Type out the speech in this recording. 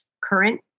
current